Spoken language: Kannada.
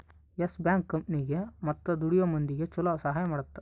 ಎಸ್ ಬ್ಯಾಂಕ್ ಕಂಪನಿಗೇ ಮತ್ತ ದುಡಿಯೋ ಮಂದಿಗ ಚೊಲೊ ಸಹಾಯ ಮಾಡುತ್ತ